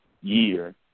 year